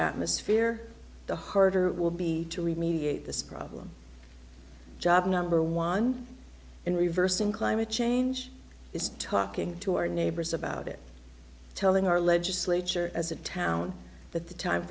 atmosphere the harder it will be to remediate this problem job number one in reversing climate change is talking to our neighbors about it telling our legislature as a town that the time